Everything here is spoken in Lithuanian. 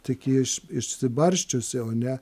tik ji iš išsibarsčius jau ne